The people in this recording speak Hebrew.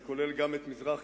אני כולל גם את מזרח-ירושלים,